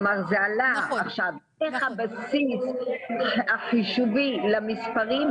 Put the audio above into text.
אין לפני את החישוב למספרים,